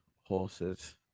horse's